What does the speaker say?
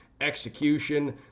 execution